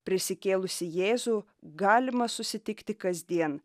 prisikėlusį jėzų galima susitikti kasdien